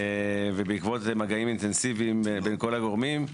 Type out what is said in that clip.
ובעקבות זה מגעים אינטנסיביים בין כל הגורמים,